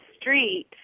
street